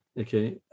okay